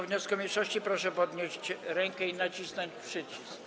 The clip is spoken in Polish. wniosku mniejszości, proszę podnieść rękę i nacisnąć przycisk.